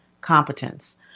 competence